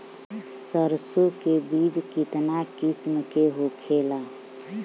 सरसो के बिज कितना किस्म के होखे ला?